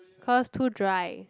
cause too dry